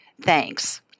Thanks